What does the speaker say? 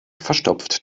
verstopft